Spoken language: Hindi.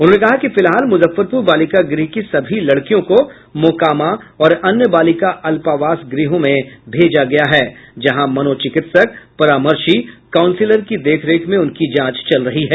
उन्होंने कहा कि फिलहाल मुजफ्फरपुर बालिका गृह की सभी लड़कियों को मोकामा और अन्य बालिका अल्पावास ग्रहों में भेजा गया है जहां मनोचिकित्सक परामर्शी काउंसलर की देखरेख में उनकी जांच चल रही है